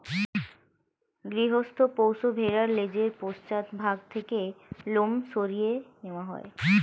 গৃহস্থ পোষ্য ভেড়ার লেজের পশ্চাৎ ভাগ থেকে লোম সরিয়ে নেওয়া হয়